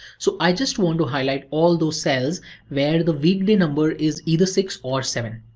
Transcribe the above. so, i just want to highlight all those cells where the weekday number is either six or seven.